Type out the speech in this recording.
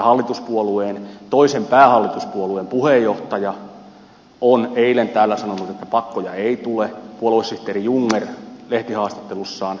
tai toisen päähallituspuolueen puheenjohtaja on eilen täällä sanonut että pakkoja ei tule samoin puoluesihteeri jungner lehtihaastattelussaan